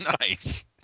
Nice